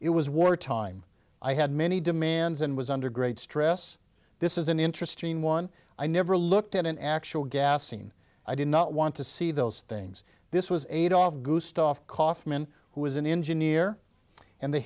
it was war time i had many demands and was under great stress this is an interesting one i never looked at an actual gassing i did not want to see those things this was adolf gustaf kaufman who was an engineer and the